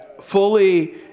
fully